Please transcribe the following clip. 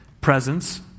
presence